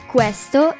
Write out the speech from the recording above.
Questo